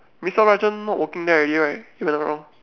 mister Rajan not working there already right if I am not wrong